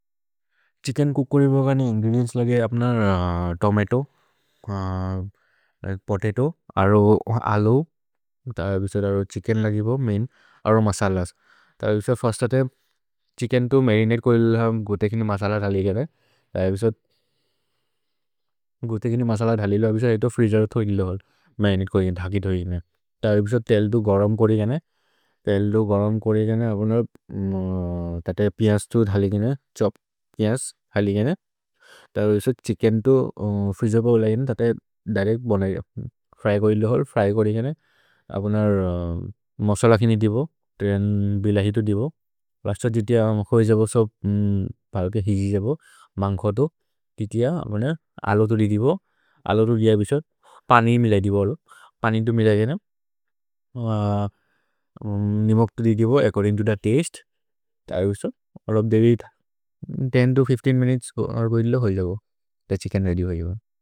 Chicken cook करि बग नि इन्ग्रेदिएन्त्स् लगे अप्नर तोमतो पोततो अरो अलू अबिसोद्। अरो छिच्केन् लगि ब मैन् अरो मसलस् अबिसोद् फिर्स्त् रते छिच्केन् तु मरिनते को इलो हम् गु ते किनि मसल धलिगे ने अबिसोद्। गु ते किनि मसल धलि लो अबिसोद् इतो फ्रीजेर् दो थोगिलो हल् मरिनते को इलो धगि थोगिने अबिसोद् तेल् दो। गरम् कोरि गने तेल् दो गरम् कोरि गने अप्नर तते पियस् तु धलिगे ने छोप् पियस् धलिगे ने तरो इसोद् छिच्केन् तु फ्रीजेर् बगो। लगिने तते दिरेच्त् बनये फ्र्य् को इलो हल् फ्र्य् करि गने अप्नर मसल किनि दिबो तिगन् बिलहि तु दिबो फिर्स्त् रते जितिय होइ जबो। सब् भलो के हिजि जबो मन्ग् खतो जितिय अबने अलू तु दि दिबो अलू तु दि अबिसोद् पनि मिलै दिबो अलो पनि तु मिलै गने आ निमक् तु दि दिबो। अच्चोर्दिन्ग् तो थे तस्ते तए अबिसोद् अरोब् देरि दस् तो पन्द्र मिनुतेस् गो अर् गो इलो होइ जबो तए छिच्केन् रेअद्य् होइ जबो।